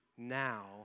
Now